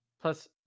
Plus